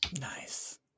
Nice